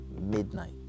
midnight